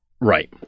Right